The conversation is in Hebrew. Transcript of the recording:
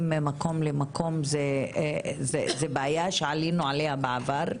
ממקום למקום זאת בעיה שעלינו עליה בעבר,